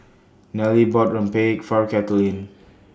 Nelle bought Rempeyek For Kaitlin